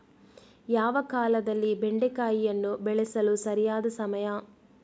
ಯಾವ ಕಾಲದಲ್ಲಿ ಬೆಂಡೆಕಾಯಿಯನ್ನು ಬೆಳೆಸಲು ಸರಿಯಾದ ಸಮಯ?